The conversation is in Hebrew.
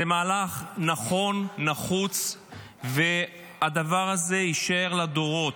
זה מהלך נכון, נחוץ, והדבר הזה יישאר לדורות.